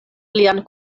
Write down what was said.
lian